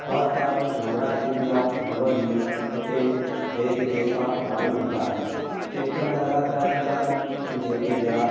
हर साल नवरात्रियुनि जा नव ॾींहं हिते देश विदेश खां माण्हू ईंदा आहिनि चेत्र नवरात्रा थींदा आहिनि ऐं जेके ॿिया